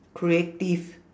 creative